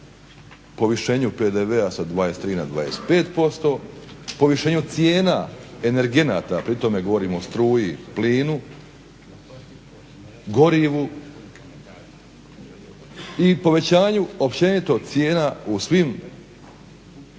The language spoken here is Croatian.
povišenju PDV-a sa 23 na 25%, povišenju cijena energenata pri tome govorim o struji, plinu, gorivu i povećanju općenito cijena u svim trgovinama